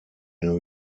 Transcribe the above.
new